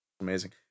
amazing